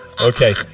Okay